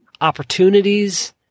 opportunities